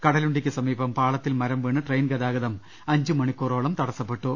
കട ലുണ്ടിക്ക് സമീപം പാളത്തിൽ മരം വീണ് ട്രെയിൻ ഗതാഗതം അഞ്ച് മണി ക്കൂറുകളോളം തടസ്സപ്പെട്ടു